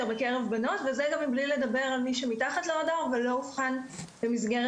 בקרב בנות וזה גם בלי לדבר על מי שמתחת לרדאר ולא אובחן במסגרת